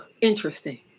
interesting